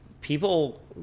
people